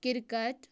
cricket